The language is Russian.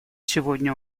сегодня